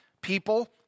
people